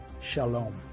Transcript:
Shalom